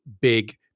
big